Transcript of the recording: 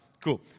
cool